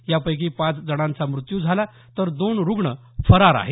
यापैकी पाच जणांचा मृत्यू झाला तर दोन रूग्ण फरार आहेत